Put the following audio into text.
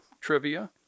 trivia